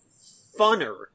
Funner